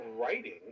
writing